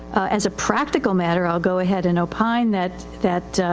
as a practical matter, iill go ahead and opine that, that,